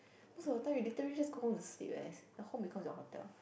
most of the time you literally just go home to sleep eh the home becomes your hotel